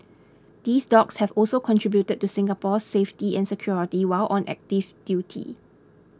these dogs have also contributed to Singapore's safety and security while on active duty